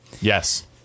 Yes